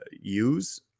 use